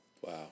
Wow